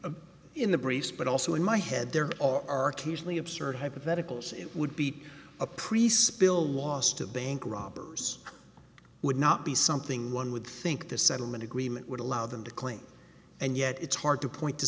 i'm in the brace but also in my head there are occasionally absurd hypotheticals it would be a priest spill loss to bank robbers would not be something one would think the settlement agreement would allow them to claim and yet it's hard to point to